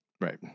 Right